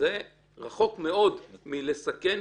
זה רחוק מאוד מסיכון.